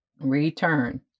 Return